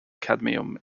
cadmium